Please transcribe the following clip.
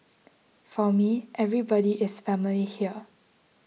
for me everybody is family here